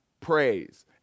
praise